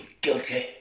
guilty